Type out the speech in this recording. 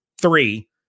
three